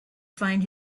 find